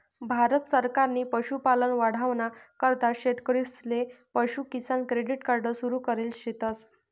भारत सरकारनी पशुपालन वाढावाना करता शेतकरीसले पशु किसान क्रेडिट कार्ड सुरु करेल शेतस